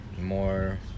more